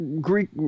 Greek